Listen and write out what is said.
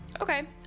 Okay